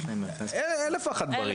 1001 דברים.